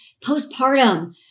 postpartum